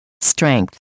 Strength